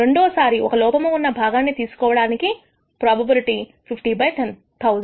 రెండోసారి ఒక లోపము ఉన్న భాగాన్ని తీసుకోవడానికి ప్రోబబిలిటీ 50 బై 1000